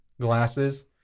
Glasses